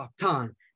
Time